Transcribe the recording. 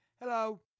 Hello